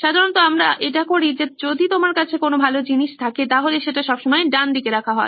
সাধারণত আমরা এটা করি যে যদি তোমার কাছে কোনো ভালো জিনিস থাকে তাহলে সেটা সব সময় ডান দিকে রাখা হয়